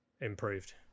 improved